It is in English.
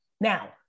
Now